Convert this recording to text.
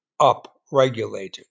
upregulated